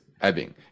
Ebbing